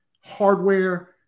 hardware